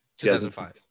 2005